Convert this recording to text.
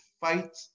fight